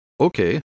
okay